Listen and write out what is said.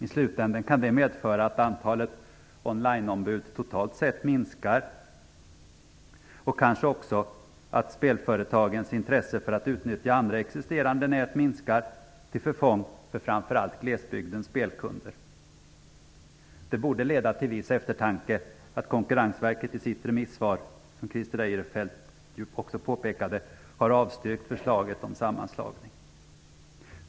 I slutändan kan det medföra att antalet on line-ombud totalt sett minskar och kanske också att spelföretagens intresse för att utnyttja andra existerande nät minskar, till förfång för framför allt glesbygdens spelkunder. Det borde leda till viss eftertanke att Konkurrensverket i sitt remissvar, som Christer Eirefelt också påpekade, har avstyrkt förslaget om sammanslagning.